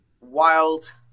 wild